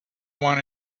one